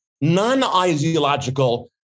non-ideological